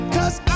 Cause